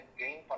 gain